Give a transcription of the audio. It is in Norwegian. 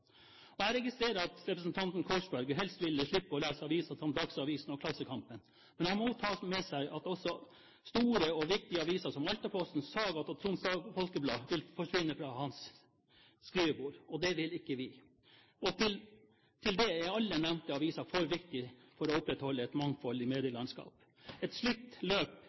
land. Jeg registrerer at representanten Korsberg helst ville slippe å lese aviser som Dagsavisen og Klassekampen. Men han må ta med seg at også store og viktige aviser som Altaposten, Ságat og Troms Folkeblad vil forsvinne fra hans skrivebord. Det vil ikke vi skal skje. Til det er alle de nevnte avisene for viktige, med tanke på å opprettholde et mangfold i medielandskapet. Et slikt løp